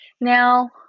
Now